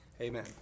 amen